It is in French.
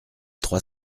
trois